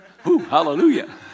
hallelujah